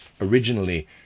Originally